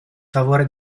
favore